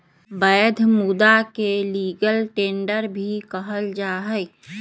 वैध मुदा के लीगल टेंडर भी कहल जाहई